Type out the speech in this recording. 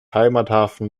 heimathafen